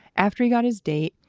after he got his date,